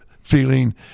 feeling